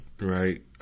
Right